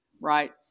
right